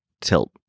tilt